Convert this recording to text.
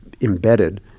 embedded